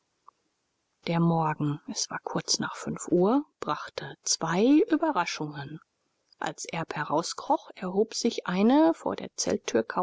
der morgen es war kurz nach fünf uhr brachte zwei überraschungen als erb herauskroch erhob sich eine vor der